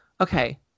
okay